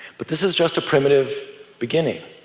but this is just a primitive beginning.